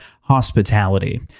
hospitality